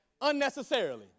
unnecessarily